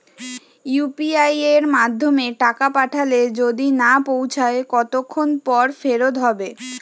UPI য়ের মাধ্যমে টাকা পাঠালে যদি না পৌছায় কতক্ষন পর ফেরত হবে?